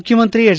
ಮುಖ್ಯಮಂತ್ರಿ ಎಚ್